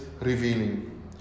revealing